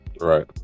Right